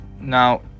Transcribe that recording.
Now